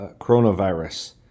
coronavirus